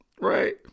right